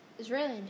Israeli